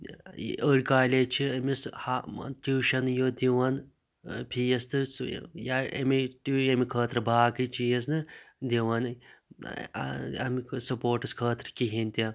أڈۍ کالیج چھِ أمِس ہا ٹیٛوٗشَنٕے یوت دِوان فیٖس تہِ سُہ یا اِمے ییٚمہِ خٲطرٕ باقٕے چیٖز نہٕ دِوان اَمہِ سَپورٹٕس خٲطرٕ کِہیٖنٛۍ تہِ